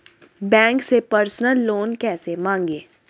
Bank से personal loan कैसे मांगें?